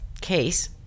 case